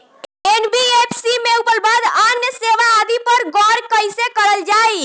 NBFC में उपलब्ध अन्य सेवा आदि पर गौर कइसे करल जाइ?